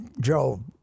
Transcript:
Joe